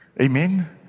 Amen